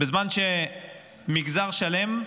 בזמן שמגזר שלם,